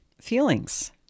feelings